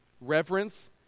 reverence